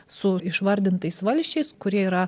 su išvardintais valsčiais kurie yra